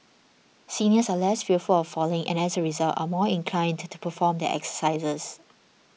seniors are less fearful of falling and as a result are more inclined to perform their exercises